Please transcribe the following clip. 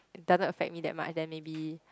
it doesn't affect me that much then maybe